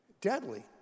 deadly